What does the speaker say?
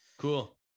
Cool